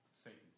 Satan